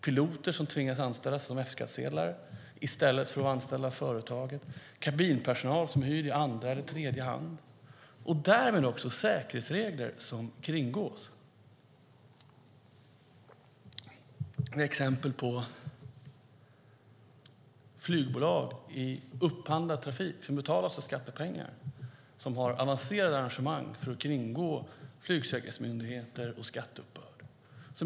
Piloter som anställs som F-skattare i stället för att vara anställda av företaget. Kabinpersonal som hyrs in i andra eller tredje hand. Härigenom kringgås säkerhetsregler. Det finns exempel på flygbolag i upphandlad trafik som betalas av skattepengar som har avancerade arrangemang för att kringgå flygsäkerhetsmyndigheter och skatteuppbörd.